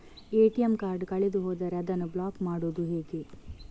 ATM card ಕಳೆದು ಹೋದರೆ ಅದನ್ನು ಬ್ಲಾಕ್ ಮಾಡುವುದು ಹೇಗೆ?